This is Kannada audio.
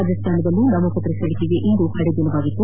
ರಾಜಸ್ಥಾನದಲ್ಲೂ ನಾಮಪತ್ರ ಸಲ್ಲಿಕೆಗೆ ಇಂದು ಕಡೆಯ ದಿನವಾಗಿತ್ತು